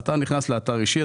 אתה נכנס לאתר האישי,